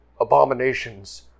abominations